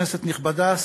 כנסת נכבדה,